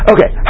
Okay